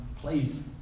please